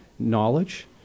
knowledge